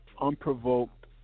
unprovoked